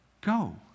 go